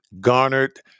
garnered